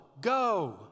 go